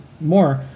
more